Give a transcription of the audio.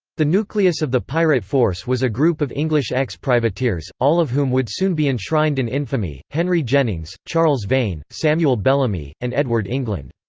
the nucleus of the pirate force was a group of english ex-privateers, all of whom would soon be enshrined in infamy henry jennings, charles vane, samuel bellamy, and edward england.